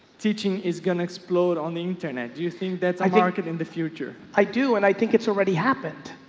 teaching is going to explode on the internet. do you think that's a market in the future? i do and i think it's already happened.